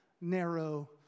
narrow